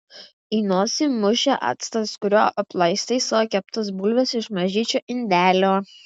į nosį mušė actas kuriuo aplaistai savo keptas bulves iš mažyčio indelio